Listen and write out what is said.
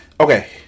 okay